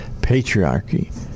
patriarchy